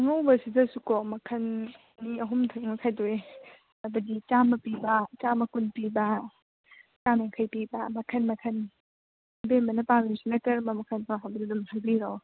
ꯑꯉꯧꯕꯁꯤꯗꯁꯨꯀꯣ ꯃꯈꯟ ꯑꯅꯤ ꯑꯍꯨꯝ ꯊꯣꯛꯅ ꯈꯥꯏꯗꯣꯛꯏ ꯍꯥꯏꯕꯗꯤ ꯆꯥꯝꯃ ꯄꯤꯕ ꯆꯥꯝꯃ ꯀꯨꯟ ꯄꯤꯕ ꯆꯥꯝ ꯌꯥꯡꯈꯩ ꯄꯤꯕ ꯃꯈꯜ ꯃꯈꯜꯅꯤ ꯏꯕꯦꯝꯃꯅ ꯄꯥꯝꯃꯤꯁꯤꯅ ꯀꯔꯝꯕ ꯃꯈꯟꯅꯣ ꯍꯥꯏꯕꯗꯨ ꯑꯗꯨꯝ ꯍꯥꯏꯕꯤꯔꯛꯑꯣ